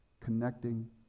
connecting